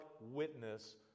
witness